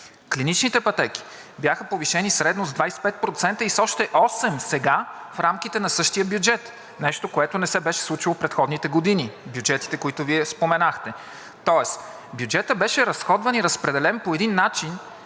Клиничните пътеки бяха повишени средно с 25% и с още 8% сега, в рамките на същия бюджет – нещо, което не се беше случвало предходните години, в бюджетите, които Вие споменахте. Тоест бюджетът беше разходван и разпределен по един начин,